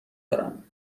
دارم